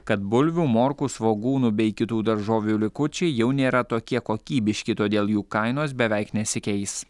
kad bulvių morkų svogūnų bei kitų daržovių likučiai jau nėra tokie kokybiški todėl jų kainos beveik nesikeis